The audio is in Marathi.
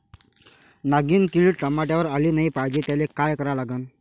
नागिन किड टमाट्यावर आली नाही पाहिजे त्याले काय करा लागन?